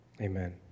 Amen